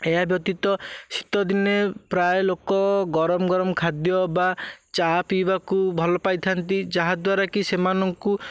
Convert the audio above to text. ଏହା ବ୍ୟତୀତ ଶୀତଦିନେ ପ୍ରାୟେ ଲୋକ ଗରମ ଗରମ ଖାଦ୍ୟ ବା ଚାହା ପିଇବାକୁ ଭଲ ପାଇଥାନ୍ତି ଯାହାଦ୍ୱାରା କି ସେମାନଙ୍କୁ